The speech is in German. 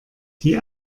die